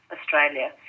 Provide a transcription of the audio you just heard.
Australia